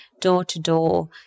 door-to-door